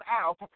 out